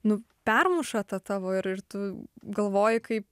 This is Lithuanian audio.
nu permuša tą tavo ir tu galvoji kaip